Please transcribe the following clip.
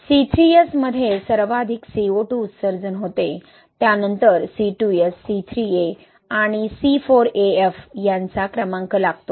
C3S मध्ये सर्वाधिक CO2 उत्सर्जन होते त्यानंतर C2S C3A आणि C4AF यांचा क्रमांक लागतो